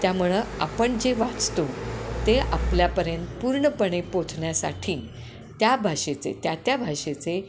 त्यामुळं आपण जे वाचतो ते आपल्यापर्यंत पूर्णपणे पोहोचण्यासाठी त्या भाषेचे त्या त्या भाषेचे